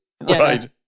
right